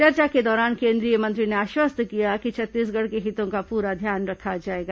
चर्चा के दौरान केंद्रीय मंत्री ने आश्वस्त किया कि छत्तीसगढ़ के हितों का पूरा ध्यान रखा जाएगा